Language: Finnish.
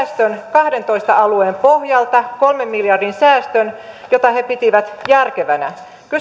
kahteentoista alueen pohjalta kolmen miljardin säästön jota he pitivät järkevänä